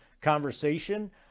conversation